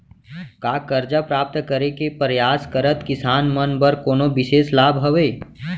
का करजा प्राप्त करे के परयास करत किसान मन बर कोनो बिशेष लाभ हवे?